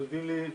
כותבים לי,